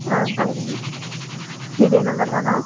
ஆ சரிங் இதே நம்பர் தானா